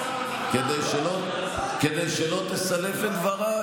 כדי שלא תסלף את דבריי.